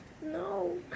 No